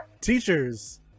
teachers